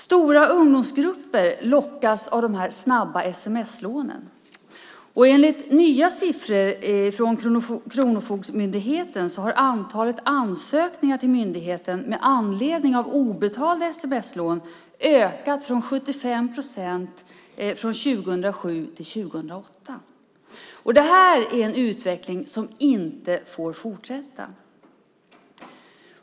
Stora ungdomsgrupper lockas av de snabba sms-lånen, och enligt nya siffror från Kronofogdemyndigheten har antalet ansökningar till myndigheten med anledning av obetalda sms-lån ökat med 75 procent från 2007 till 2008. Det här är en utveckling som inte får fortsätta.